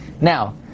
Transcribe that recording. Now